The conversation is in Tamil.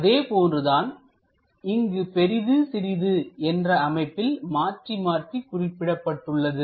அதே போன்று தான் இங்கு பெரிது சிறிது என்ற அமைப்பில் மாற்றி மாற்றி குறிக்கப்பட்டுள்ளது